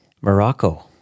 Morocco